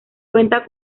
cuenta